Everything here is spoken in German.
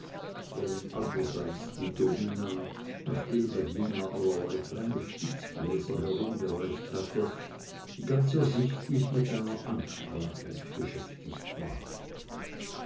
während andrerseits die domina nachdem der diener allerlei kleine spitzgläser herumgereicht hatte ganz ersichtlich mit einer ansprache beschäftigt war